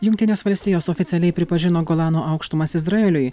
jungtinės valstijos oficialiai pripažino golano aukštumas izraeliui